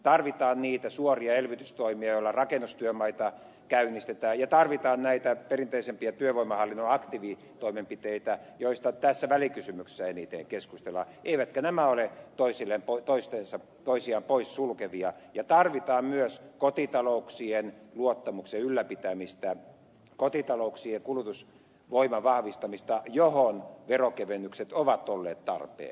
tarvitaan niitä suoria elvytystoimia joilla rakennustyömaita käynnistetään ja tarvitaan näitä perinteisempiä työvoimahallinnon aktiivitoimenpiteitä joista tässä välikysymyksessä eniten keskustellaan eivätkä nämä ole toisiaan poissulkevia ja tarvitaan myös kotitalouksien luottamuksen ylläpitämistä kotitalouksien kulutusvoiman vahvistamista johon veronkevennykset ovat olleet tarpeen